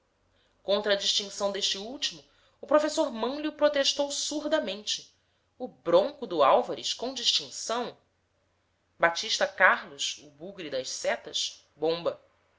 contra a distinção deste último o professor mânlio protestou surdamente o bronco do álvares com distinção batista carlos o bugre das setas bomba